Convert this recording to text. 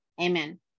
Amen